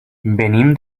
venim